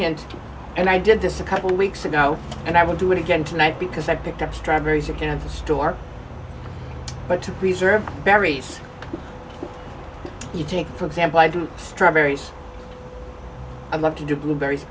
hand and i did this a couple weeks ago and i will do it again tonight because i picked up stragglers you can store but to preserve berries you take for example i do strawberries i love to do blueberries